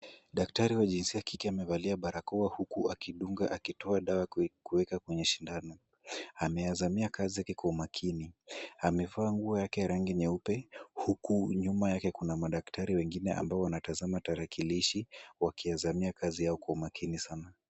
Daktari wa jinsia kike amevalia barakoa huku akidunga akitoa dawa kuweka kwenye sindano. Ameyazamia kazi yake kwa umakini. Amevaa nguo yake ya rangi nyeupe huku nyuma yake kuna madaktari wengine ambao wanatazama tarakilishi wakiyazamia kazi yao kwa umakini sana.